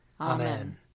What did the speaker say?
Amen